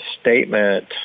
statement